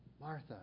Martha